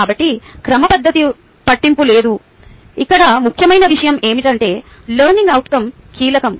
కాబట్టి క్రమపద్ధతి పట్టింపు లేదు ఇక్కడ ముఖ్యమైన విషయం ఏమిటంటే లెర్నింగ్ అవుట్కం కీలకం